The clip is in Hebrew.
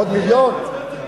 עוד מיליון?